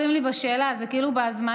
אתה ממש מרים לי בשאלה, זה כאילו בהזמנה.